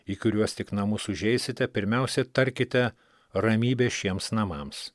į kuriuos tik namus užeisite pirmiausia tarkite ramybė šiems namams